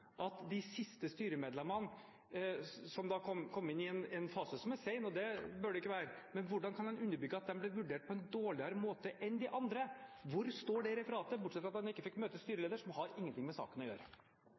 at de siste styremedlemmene, som kom inn i en fase som er sen – og slik bør det ikke være – ble vurdert på en dårligere måte enn de andre? Hvor står det i referatet – bortsett fra at han ikke fikk møte